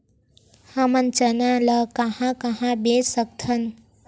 हमन चना ल कहां कहा बेच सकथन?